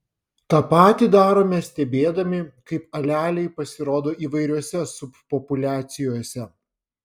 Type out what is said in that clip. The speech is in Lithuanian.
tą patį darome stebėdami kaip aleliai pasirodo įvairiose subpopuliacijose